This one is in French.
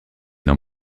dans